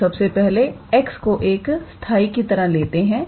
तो सबसे पहले x को एक सथाई की तरह लेते हैं